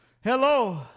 Hello